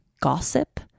gossip